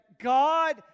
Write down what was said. God